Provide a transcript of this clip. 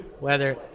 weather